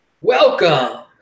Welcome